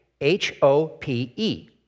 H-O-P-E